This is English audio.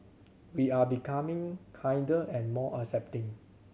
we are becoming kinder and more accepting